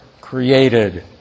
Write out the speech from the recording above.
created